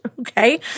Okay